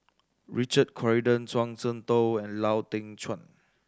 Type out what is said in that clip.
Richard Corridon Zhuang Shengtao and Lau Teng Chuan